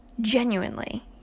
Genuinely